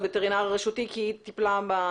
הווטרינר הרשותי כי היא חברת מועצה והיא טיפלה בעניין.